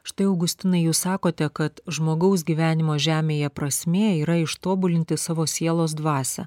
štai augustinai jūs sakote kad žmogaus gyvenimo žemėje prasmė yra ištobulinti savo sielos dvasią